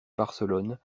barcelone